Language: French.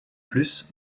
plus